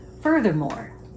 furthermore